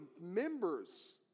members